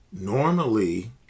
Normally